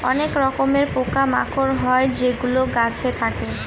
অনেক রকমের পোকা মাকড় হয় যেগুলো গাছে থাকে